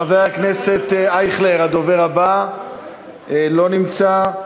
חבר הכנסת אייכלר, הדובר הבא, לא נמצא.